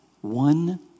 one